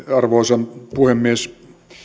arvoisa puhemies